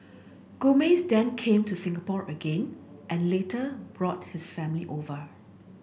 Gomez then came to Singapore again and later brought his family over